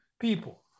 people